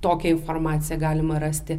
tokią informaciją galima rasti